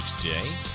today